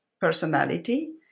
personality